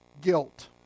Guilt